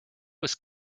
was